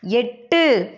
எட்டு